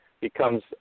becomes